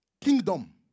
Kingdom